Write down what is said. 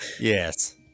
Yes